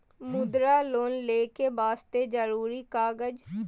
मुद्रा लोन लेके वास्ते जरुरी कागज?